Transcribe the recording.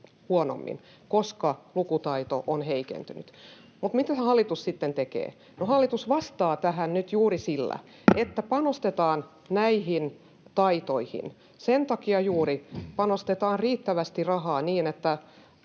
koska lukutaito on heikentynyt. Mitä hallitus sitten tekee? No hallitus vastaa tähän nyt juuri sillä, että panostetaan näihin taitoihin. Sen takia juuri panostetaan riittävästi rahaa niin, että